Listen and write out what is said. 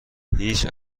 هیچ